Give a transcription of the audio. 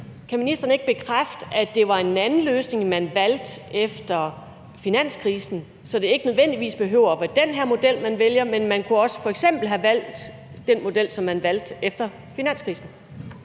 Kan ministeren ikke bekræfte, at det var en anden løsning, man valgte efter finanskrisen, så det ikke nødvendigvis behøver at være den her model, man vælger, men at man f.eks. også kunne have valgt den model, som man valgte efter finanskrisen?